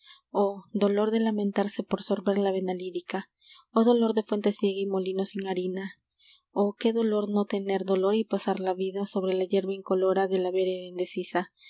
oh dolor de lamentarse p o r sorber la vena lírica oh dolor de fuente ciega y molino sin harinal oh que dolor no tener dolor y pasar la vida sobre la hierba incolora de la vereda